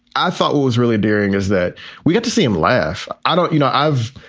i thought was really daring is that we get to see him laugh. i don't you know, i've.